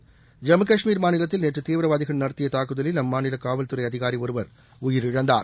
ஐம்மு காஷ்மீரில் நேற்று தீவிரவாதிகள் நடத்திய தாக்குதலில் அம்மாநில காவல்துறை அதிகாரி ஒருவர் உயிரிழந்தார்